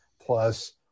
plus